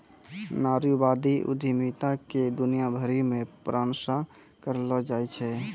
नारीवादी उद्यमिता के दुनिया भरी मे प्रशंसा करलो जाय छै